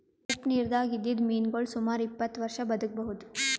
ಉಪ್ಪ್ ನಿರ್ದಾಗ್ ಇದ್ದಿದ್ದ್ ಮೀನಾಗೋಳ್ ಸುಮಾರ್ ಇಪ್ಪತ್ತ್ ವರ್ಷಾ ಬದ್ಕಬಹುದ್